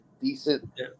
decent